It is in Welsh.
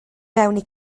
fewni